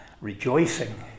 rejoicing